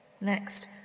Next